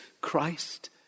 Christ